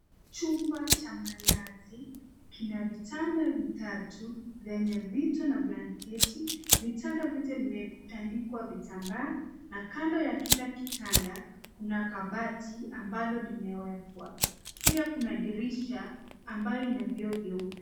Chumba cha malazi kina vitanda vitatu venye vito na blanketi, vitanda vyote vimetandikwa vitambaa na kamba ya kila kitanda lina kabati ambalo limewekwa. Pia kuna dirisha ambayo ina vioo vyeupe.